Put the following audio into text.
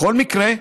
בכל מקרה,